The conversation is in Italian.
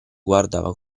guardava